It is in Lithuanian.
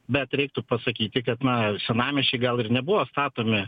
bet reiktų pasakyti kad na senamiesčiai gal ir nebuvo statomi